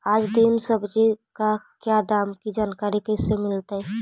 आज दीन सब्जी का क्या दाम की जानकारी कैसे मीलतय?